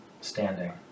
standing